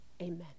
Amen